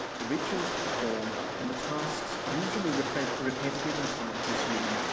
the rituals to perform and the tasks usually repetitive repetitive and time consuming,